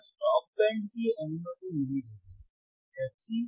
यह stop band की अनुमति नहीं देगा